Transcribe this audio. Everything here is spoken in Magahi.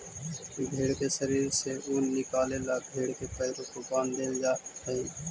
भेंड़ के शरीर से ऊन निकाले ला भेड़ के पैरों को बाँध देईल जा हई